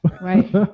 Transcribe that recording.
Right